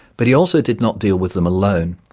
but he also did not deal with them alone.